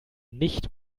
nicht